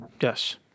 Yes